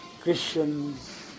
Christians